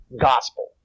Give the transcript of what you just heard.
gospel